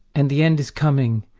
and the end is coming.